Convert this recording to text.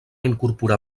incorporar